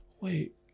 wait